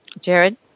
Jared